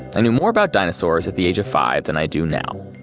i knew more about dinosaurs at the age of five then i do now,